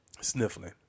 Sniffling